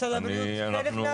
משרד הבריאות הוא חלק מהצוות?